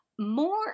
More